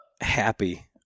happy